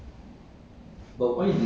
thailand 泰国 ah